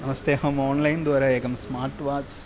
नमस्ते अहम् ओण्लैन् द्वारा एकं स्मार्ट् वाच्